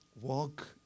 walk